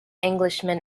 englishman